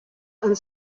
and